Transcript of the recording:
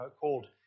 called